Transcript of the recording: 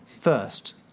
first